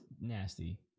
nasty